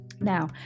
now